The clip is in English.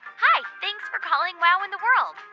hi, thanks for calling wow in the world.